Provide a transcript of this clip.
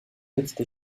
petite